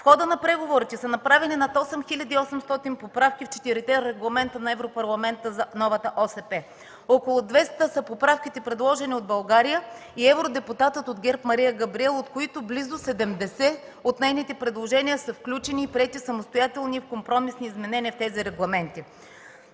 В хода на преговорите са направени над 8 800 поправки в четирите регламента на Европарламента за новата ОСП. Около 200 са поправките, предложени от България и евродепутата от ГЕРБ Мария Габриел, като близо 70 от нейните предложения са включени и приети в самостоятелни и в компромисни изменения в тези регламенти.